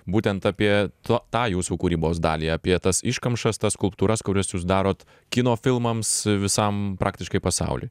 būtent apie t tą jūsų kūrybos dalį apie tas iškamšas tas skulptūras kurias jūs darot kino filmams visam praktiškai pasauly